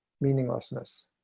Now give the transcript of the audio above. meaninglessness